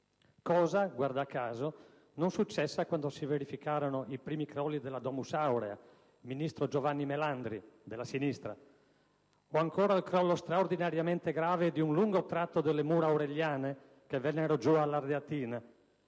Cosa, guarda caso, non successa quando si verificarono i primi crolli della *Domus aurea* (ministro Giovanna Melandri, della sinistra), o ancora il crollo, straordinariamente grave, di un lungo tratto delle Mura aureliane, che vennero giù a Porta Ardeatina,